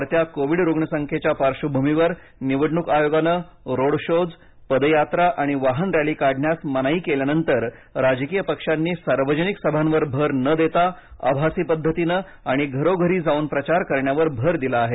वाढत्या कोविड रुग्णसंख्येच्या पार्बभूमीवर निवडणूक आयोगाने रोड शो पदयात्रा आणि वाहन रली काढण्यास मनाई केल्यानंतर राजकीय पक्षांनी सार्वजनिक सभांवर भर न देता आभासी पद्धतीने आणि घरोघरी जावून प्रचार करण्यावर भर दिला जात आहे